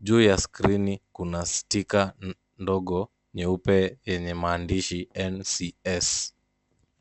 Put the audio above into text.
Juu ya skrini kuna sticker ndogo nyeupe yenye maandishi NCS.